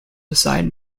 beside